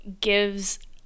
gives